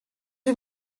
vue